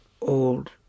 old